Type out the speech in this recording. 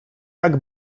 tak